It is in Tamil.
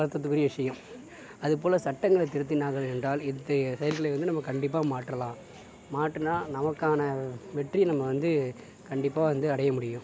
வருத்தத்துக்குரிய விஷயம் அதுபோல சட்டங்களை திருத்தினார்கள் என்றால் இத்தகைய செயல்களை வந்து நம்ப கண்டிப்பாக மாற்றலாம் மாற்றினால் நமக்கான வெற்றி நம்ம வந்து கண்டிப்பா வந்து அடைய முடியும்